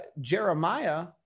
Jeremiah